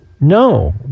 no